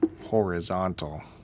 horizontal